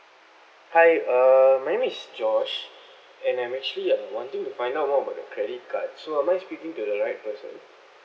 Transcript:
hi err my name is josh and I'm actually uh wanting to find out more about the credit card so am I speaking to the right person